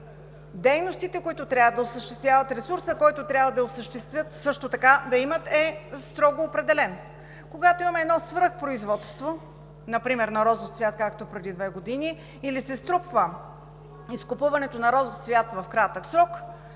дейностите, които трябва да осъществяват и ресурсът, който трябва да осъществят и да имат също така, е строго определен. Когато имаме едно свръхпроизводство, например на розов цвят, както преди две години, или се струпва изкупуването на розов цвят в кратък срок,